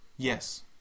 Yes